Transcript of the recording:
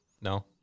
No